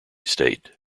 state